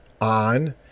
on